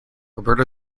roberta